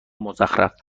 مزخرف